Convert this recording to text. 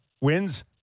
wins